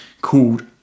called